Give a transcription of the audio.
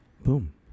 boom